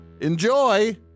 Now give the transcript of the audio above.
Enjoy